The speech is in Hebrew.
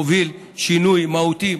מובילים שינוי מהותי,